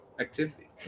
activity